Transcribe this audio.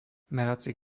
merací